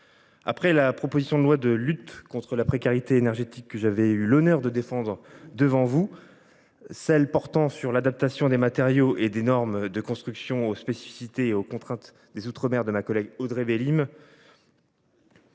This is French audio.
Après la proposition de loi visant à résorber la précarité énergétique, que j’avais eu l’honneur de défendre devant vous, après le texte portant sur l’adaptation des matériaux et des normes de construction aux spécificités et aux contraintes des outre mer de ma collègue Audrey Bélim,